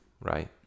right